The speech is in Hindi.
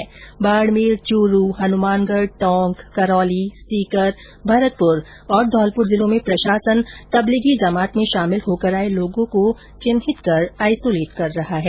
राज्य के बाडमेर चूरू हनुमानगढ़ टोंक करौली सीकर भरतपुर और धौलपुर जिलों में प्रशासन तबलीगी जमात में शामिल होकर आये लोगों को चिन्हित कर आईसोलेट कर रहा है